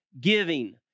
giving